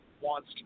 wants